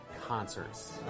concerts